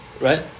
right